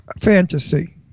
fantasy